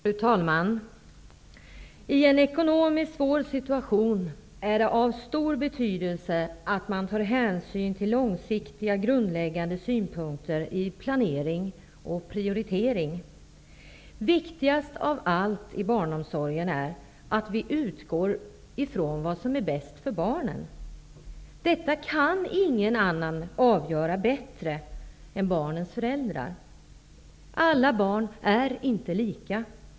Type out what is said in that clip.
Fru talman! I en ekonomiskt svår situation är det av stor betydelse att man tar hänsyn till långsiktiga grundläggande synpunkter vid planering och prioritering. Viktigast av allt i barnomsorgen är att vi utgår från vad som är bäst för barnen. Det kan ingen avgöra bättre än barnens föräldrar. Alla barn är inte lika.